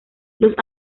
los